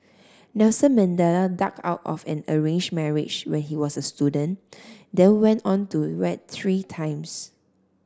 Nelson Mandela ducked out of an arranged marriage when he was a student then went on to wed three times